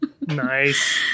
Nice